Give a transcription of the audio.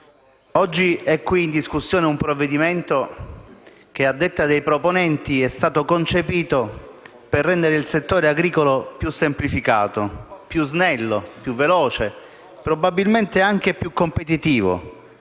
oggi in discussione un provvedimento che, a detta dei proponenti, è stato concepito per rendere il settore agricolo più semplificato e, quindi, più snello, veloce e probabilmente anche più competitivo,